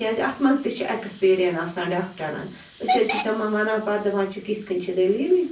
کیٛازِ اَتھ منٛز تہِ چھِ اٮ۪کٕسپیٖریَن آسان ڈاکٹَرَن أسۍ حظ چھِ تِمَن وَنان پَتہٕ دَپان چھِکھ یِتھ کَنۍ چھِ دٔلیٖل